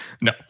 no